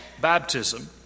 baptism